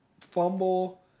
fumble